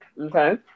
Okay